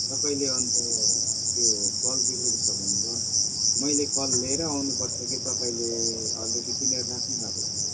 तपाईँले अन्त त्यो कल बिग्रेको छ भन्नुभयो मैले कल लिएरै आउनुपर्छ कि तपाईँले अलरेडी किनेर राख्नुभएको छ